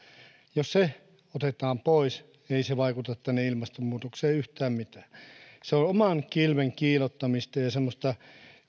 jos ne otetaan pois niin ei se vaikuta ilmastonmuutokseen yhtään mitään se on oman kilven kiillottamista ja ja semmoista